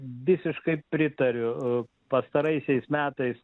visiškai pritariu pastaraisiais metais